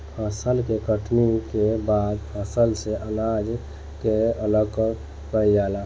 फसल के कटनी के बाद फसल से अनाज के अलग कईल जाला